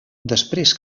després